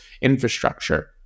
infrastructure